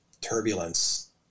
turbulence